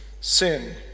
sin